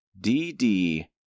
DD